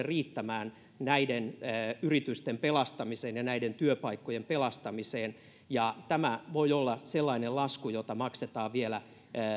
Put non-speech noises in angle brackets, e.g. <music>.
<unintelligible> riittämään näiden yritysten pelastamiseen ja näiden työpaikkojen pelastamiseen ja tämä voi olla sellainen lasku jota maksetaan vielä